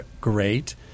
great